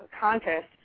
contest